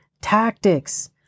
tactics